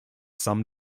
some